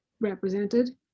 represented